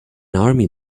army